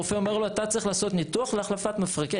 הרופא אומר לו אתה צריך לעשות ניתוח להחלפת מפרקים.